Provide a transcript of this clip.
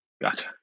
Gotcha